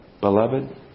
Beloved